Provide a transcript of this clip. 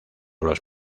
los